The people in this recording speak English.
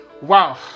Wow